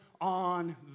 on